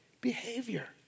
behavior